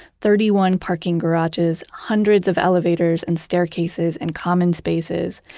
thirty one parking garages, hundreds of elevators and staircases and common spaces,